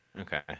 Okay